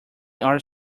are